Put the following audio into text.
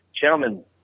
gentlemen